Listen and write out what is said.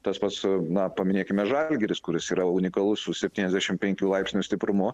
tas pats na paminėkime žalgiris kuris yra unikalus su septyniasdešim penkių laipsnių stiprumu